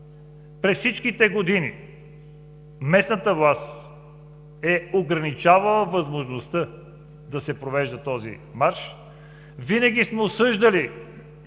през всичките години местната власт е ограничавала възможността да се провежда този марш. Винаги сме осъждали